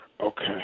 Okay